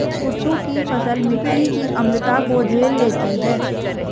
कुट्टू की फसल मिट्टी की अम्लता को झेल लेती है